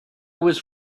was